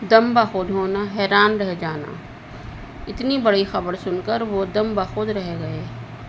دم بخود ہونا حیران رہ جانا اتنی بڑی خبر سن کر وہ دم بخود رہ گئے